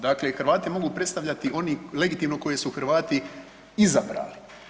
Dakle i Hrvati mogu predstavljati oni legitimno koje su Hrvati izabrali.